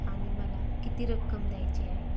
आणि मला किती रक्कम द्यायची आहे